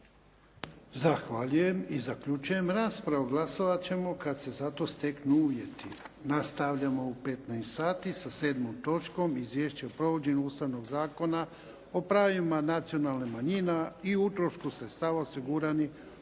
Zahvaljujem. I zaključujem raspravu. Glasovat ćemo kad se za to steknu uvjeti. Nastavljamo u 15 sati sa 7. točkom Izvješće o provođenju Ustavnog zakona o pravima nacionalnih manjina i utrošku sredstava osiguranih